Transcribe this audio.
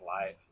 life